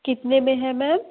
कितने में है मैम